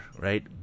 right